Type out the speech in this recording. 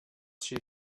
she